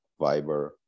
Viber